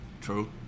True